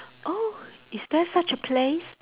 oh is there such a place